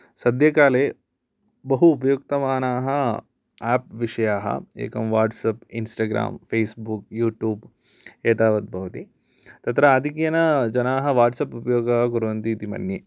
सद्य काले बहु उपयुक्तमानाः आप् विशयाः एकं वेट्सप् इंस्टाग्राम् फेस्बुक् यूट्यूब् एतावद् भवति तत्र आदिक्येन जनाः वाट्सप् उपयोगं कुर्वन्ति इति मन्ये